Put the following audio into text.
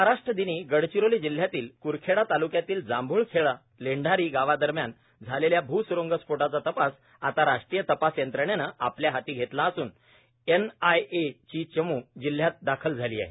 महाराष्ट्रदिनी गडचिरोली जिल्ह्यातील क्रखेडा तालुक्यातील जांभुळखेडा लेंडारी गावादरम्यान झालेल्या भूस्रुंगस्फोटाचा तपास आता राष्ट्रीय तपास यंत्रेणेनं आपल्या हाती घेतला असूनर एनआयएची चमू जिल्हयात दाखल झाली आहे